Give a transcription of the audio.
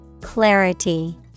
Clarity